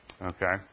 Okay